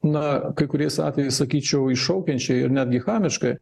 na kai kuriais atvejais sakyčiau iššaukiančiai ir netgi chamiškai